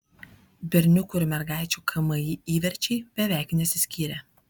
berniukų ir mergaičių kmi įverčiai beveik nesiskyrė